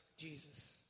Jesus